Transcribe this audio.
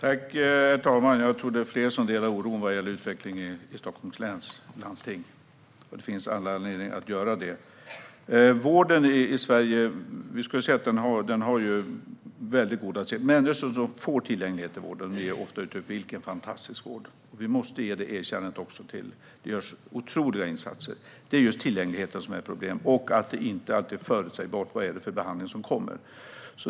Herr talman! Jag tror att det är fler som delar oron över utvecklingen i Stockholms läns landsting, och det finns all anledning till det. Människor som får tillgänglighet till vården i Sverige ger ofta uttryck för att det är en fantastisk vård. Vi måste ge detta erkännande också. Det görs otroliga insatser. Det är just tillgängligheten som är ett problem och att det inte alltid är förutsägbart vilken behandling som kommer att ske.